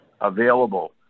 available